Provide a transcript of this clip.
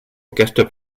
aquesta